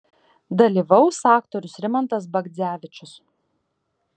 dalyvaus aktorius rimantas bagdzevičius